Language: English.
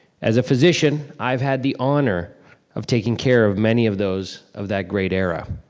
as a physician, i've had the honor of taking care of many of those of that great era.